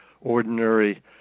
ordinary